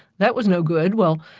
that was no good. well,